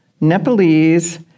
Nepalese